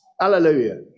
Hallelujah